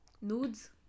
Nudes